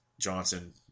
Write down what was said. Johnson